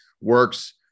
works